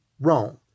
wrong